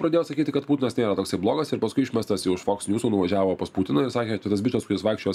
pradėjo sakyti kad putinas nėra toksai blogas ir paskui išmestas jau iš foksniusų nuvažiavo pas putiną ir sakė čia tas bičas kuris vaikščiojo